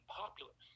popular